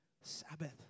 Sabbath